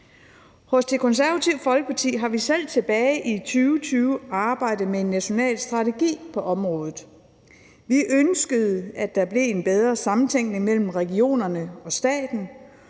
I Det Konservative Folkeparti har vi selv tilbage i 2020 arbejdet med en national strategi på området. Vi ønskede, at der blev en bedre samtænkning mellem regionerne og staten